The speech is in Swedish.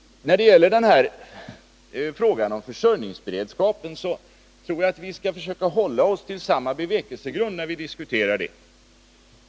När det gäller frågan om försörjningsberedskapen så bör vi försöka hålla oss till samma bevekelsegrund.